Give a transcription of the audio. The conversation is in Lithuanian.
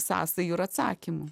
sąsajų ir atsakymų